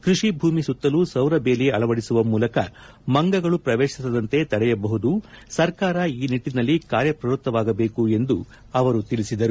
ಕೃಷಿ ಭೂಮಿ ಸುತ್ತಲೂ ಸೌರ ಬೇಲಿ ಅಳವಡಿಸುವ ಮೂಲಕ ಮಂಗಗಳು ಪ್ರವೇಶಿಸದಂತೆ ತಡೆಯಬಹುದು ಸರ್ಕಾರ ಈ ನಿಟ್ಟಿನಲ್ಲಿ ಕಾರ್ಯಪ್ರವ್ಯತ್ತವಾಗಬೇಕು ಎಂದು ಅವರು ತಿಳಿಸಿದರು